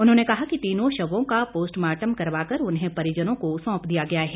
उन्होंने कहा कि तीनों शवों का पोस्टमार्टम करवाकर उन्हें परिजनों को सौंप दिया गया है